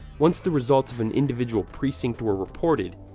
once the results of an individual precinct were reported,